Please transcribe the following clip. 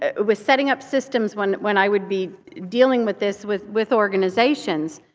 ah with setting up systems when when i would be dealing with this with with organizations,